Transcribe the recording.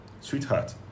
Sweetheart